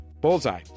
Bullseye